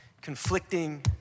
conflicting